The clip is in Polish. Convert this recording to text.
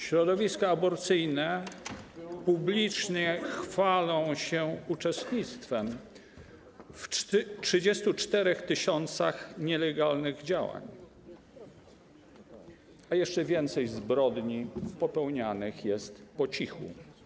Środowiska aborcyjne publicznie chwalą się uczestnictwem w 34 tys. nielegalnych działań, a jeszcze więcej zbrodni popełnianych jest po cichu.